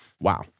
Wow